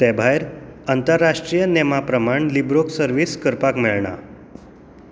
ते भायर आंतरराष्ट्रीय नेमां प्रमाण लिबरोक सर्व्हिस करपाक मेळना